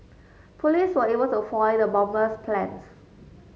police were able to foil the bomber's plans